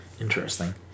Interesting